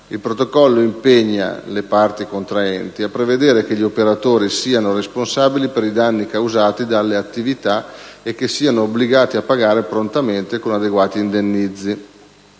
Il protocollo impegna le parti contraenti a prevedere che gli operatori siano responsabili per i danni causati dalle attività e che siano obbligati a pagare prontamente e con adeguati indennizzi.